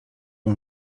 mam